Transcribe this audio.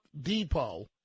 depot